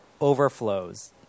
overflows